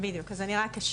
בדיוק, אז אני רק אשלים.